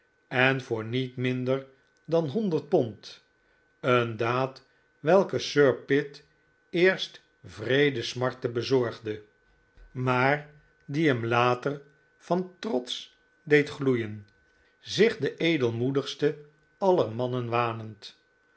en voor niet minder dan honderd pond een daad welke sir pitt eerst wreede smarten bezorgde maar die hem later van trots deed gloeien zich den edelmoedigsten